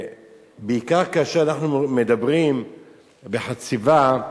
בעיקר כאשר אנחנו מדברים בחציבה,